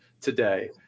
today